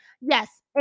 Yes